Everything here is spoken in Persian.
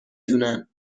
دونن